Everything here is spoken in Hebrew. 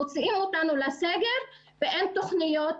מוציאים אותנו לסגר ואין תוכניות